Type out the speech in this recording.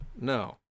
No